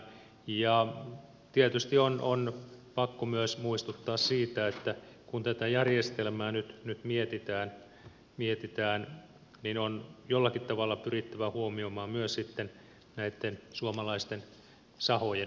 ja tietysti on pakko myös muistuttaa siitä että kun tätä järjestelmää nyt mietitään niin on jollakin tavalla pyrittävä huomioimaan myös suomalaisten sahojen sivutuotteet